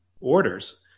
orders